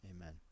amen